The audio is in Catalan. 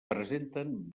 presenten